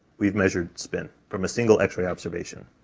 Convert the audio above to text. we've measured spin from a single x-ray observation.